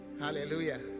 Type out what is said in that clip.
hallelujah